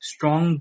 Strong